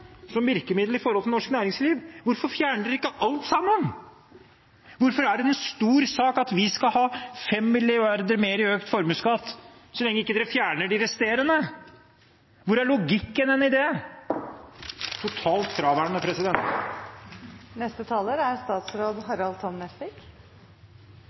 som virkemiddel overfor norsk næringsliv – hvorfor fjerner de ikke alt sammen? Hvorfor er det en stor sak at vi skal ha 5 mrd. kr mer i formuesskatt, så lenge de ikke fjerner de resterende? Hvor er logikken i det? Den er totalt fraværende. Jeg skal ikke gå inn på hva som er